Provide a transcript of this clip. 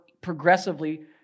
progressively